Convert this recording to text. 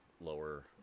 lower